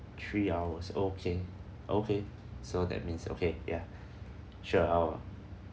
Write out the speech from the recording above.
three hours okay okay so that means okay ya sure I'll